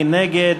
מי נגד?